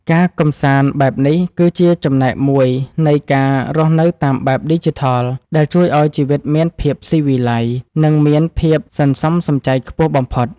ការកម្សាន្តបែបនេះគឺជាចំណែកមួយនៃការរស់នៅតាមបែបឌីជីថលដែលជួយឱ្យជីវិតមានភាពស៊ីវិល័យនិងមានភាពសន្សំសំចៃខ្ពស់បំផុត។